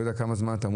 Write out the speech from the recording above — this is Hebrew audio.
כמה הוא קיים?